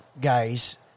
guys